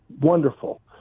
wonderful